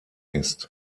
ist